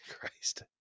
Christ